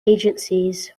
agencies